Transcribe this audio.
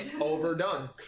overdone